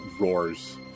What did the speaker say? roars